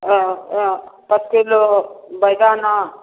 हँ हँ पाँच किलो बेदाना